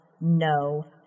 No